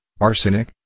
arsenic